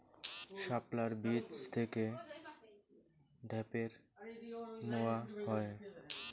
শাপলার বীজ থেকে ঢ্যাপের মোয়া হয়?